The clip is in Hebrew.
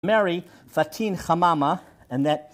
מרי, פטין חממה,